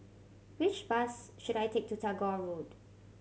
which bus should I take to Tagore Road